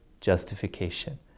justification